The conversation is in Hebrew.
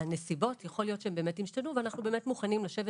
שהנסיבות השתנו ואנחנו מוכנים לשבת